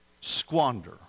squander